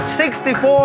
64